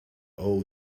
all